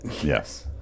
Yes